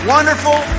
Wonderful